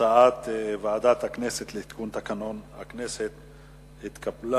הצעת ועדת הכנסת למחיקת כותרות וביטול סעיפים 31 33,